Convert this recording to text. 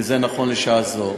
וזה נכון לשעה זו.